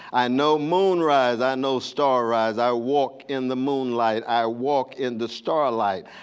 i know moonrise. i know star rise. i walk in the moonlight. i walk in the star light.